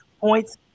points